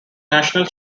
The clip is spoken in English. national